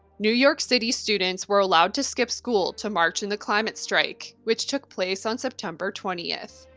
new york city students were allowed to skip school to march in the climate strike, which took place on september twentieth.